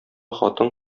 хатын